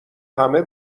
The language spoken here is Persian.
همه